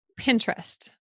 Pinterest